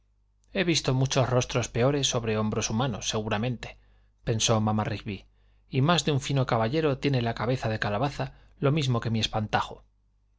he visto muchos rostros peores sobre hombros humanos seguramente pensó mamá rigby y más de un fino caballero tiene cabeza de calabaza lo mismo que mi espantajo